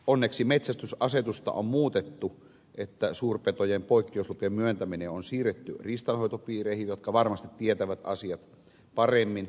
onneksi metsästysasetusta on muutettu niin että suurpetojen kaatamisen poikkeuslupien myöntäminen on siirretty riistanhoitopiireihin jotka varmasti tietävät asiat paremmin